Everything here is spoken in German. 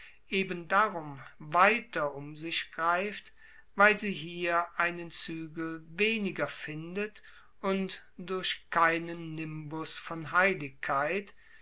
eben darum weiter um sich greift weil sie hier einen zügel weniger findet und durch keinen nimbus von heiligkeit